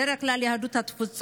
בדרך כלל יהדות התפוצות,